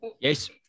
Yes